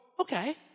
okay